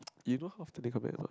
you know half today come back or not